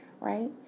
right